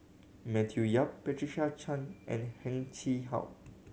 Matthew Yap Patricia Chan and Heng Chee How